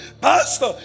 Pastor